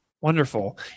Wonderful